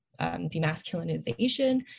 demasculinization